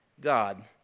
God